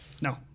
No